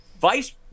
vice